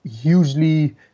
hugely